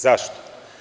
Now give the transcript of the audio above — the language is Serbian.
Zašto?